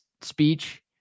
speech